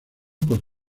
por